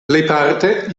plejparte